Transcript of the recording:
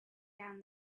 down